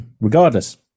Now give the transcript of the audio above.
regardless